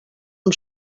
amb